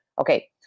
Okay